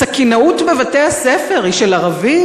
סכינאות בבתי-הספר היא של ערבים?